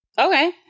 Okay